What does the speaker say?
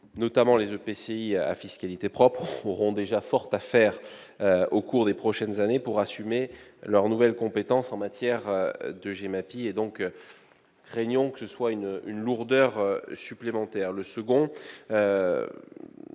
notamment les EPCI à fiscalité propre, auront déjà fort à faire au cours des prochaines années pour assumer leurs nouvelles compétences en matière de GEMAPI. L'adoption de cet amendement risquerait de créer une lourdeur supplémentaire. En outre,